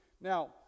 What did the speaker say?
Now